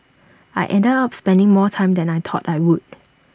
I ended up spending more time than I thought I would